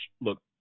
look